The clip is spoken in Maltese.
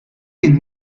jien